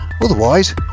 Otherwise